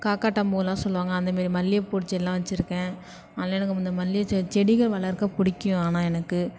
காக்கர்ட்டான் பூல்லாம் சொல்லுவாங்க அந்தமாரி மல்லிகைப்பூ செடியெல்லாம் வச்சுருக்கேன் அதனால எனக்கு இந்த மல்லிகை செ செடிகள் வளர்க்க பிடிக்கும் ஆனால் எனக்கு